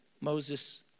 Moses